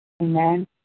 Amen